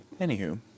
Anywho